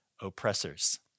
oppressors